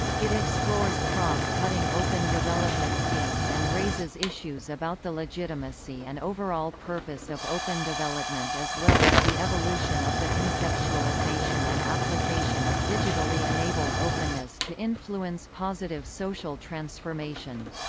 it explores cross-cutting open development themes and raises issues about the legitimacy and overall purpose of open development as well as the evolution of the conceptualization and application of digitally-enabled openness to influence positive social transformation.